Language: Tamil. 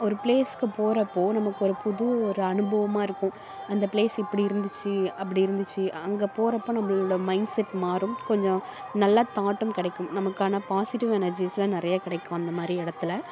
ஒரு ப்ளேஸுக்கு போகிறப்போ நமக்கு ஒரு புது ஒரு அனுபவமாக இருக்கும் அந்த ப்ளேஸ் இப்படி இருந்துச்சு அப்படி இருந்துச்சு அங்கே போகிறப்ப நம்மளோட மைண்ட்செட் மாறும் கொஞ்சம் நல்ல தாட்டும் கிடைக்கும் நமக்கான பாசிட்டிவ் எனர்ஜிஸ்லாம் நிறைய கிடைக்கும் அந்த மாதிரி இடத்துல